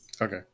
Okay